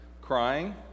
crying